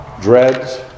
Dreads